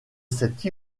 cette